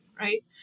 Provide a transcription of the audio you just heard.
right